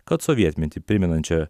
kad sovietmetį primenančią